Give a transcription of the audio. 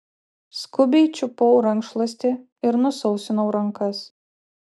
skubiai čiupau rankšluostį ir nusausinau rankas